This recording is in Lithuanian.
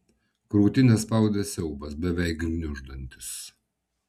krūtinę spaudė siaubas beveik gniuždantis